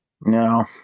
No